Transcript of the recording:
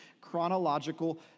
chronological